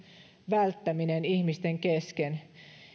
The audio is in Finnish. välttäminen ihmisten kesken